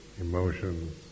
emotions